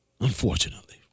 Unfortunately